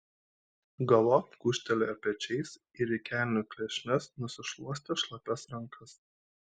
galop gūžtelėjo pečiais ir į kelnių klešnes nusišluostė šlapias rankas